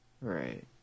Right